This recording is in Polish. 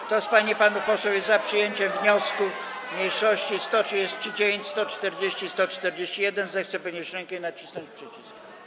Kto z pań i panów posłów jest za przyjęciem wniosków mniejszości 139., 140. i 141., zechce podnieść rękę i nacisnąć przycisk.